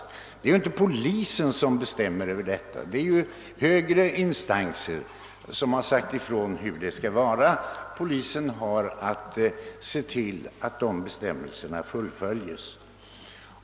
Det är inte polisen som utfärdar dessa, utan det är högre instanser som sagt till om hur det skall vara; polisen har bara att se till att bestämmelserna följes.